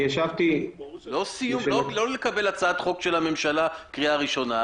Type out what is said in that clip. לא לקבל הצעת חוק של הממשלה לקריאה ראשונה,